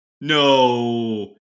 No